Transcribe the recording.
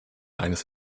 eines